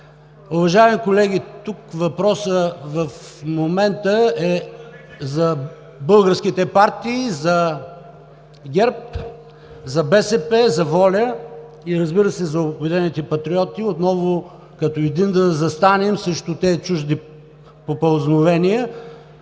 Уважаеми колеги, тук въпросът в момента е за българските партии – за ГЕРБ, за БСП, за „Воля“ и, разбира се, за „Обединените патриоти“, отново като един да застанем срещу тези чужди попълзновения,